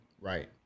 Right